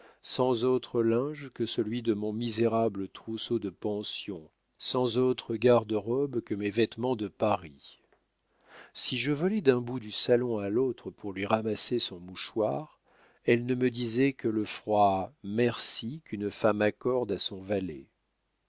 sans autre linge que celui de mon misérable trousseau de pension sans autre garde-robe que mes vêtements de paris si je volais d'un bout du salon à l'autre pour lui ramasser son mouchoir elle ne me disait que le froid merci qu'une femme accorde à son valet